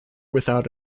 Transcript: without